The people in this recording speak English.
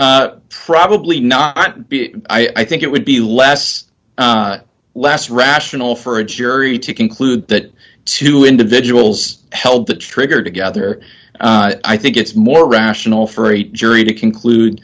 probably not be i think it would be less less rational for a jury to conclude that two individuals held the trigger together i think it's more rational for eight jury to conclude